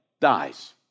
dies